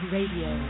Radio